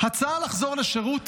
הצעה לחזור לשירות,